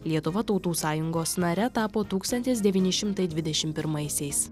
lietuva tautų sąjungos nare tapo tūkstantis devyni šimtai dvidešim pirmaisiais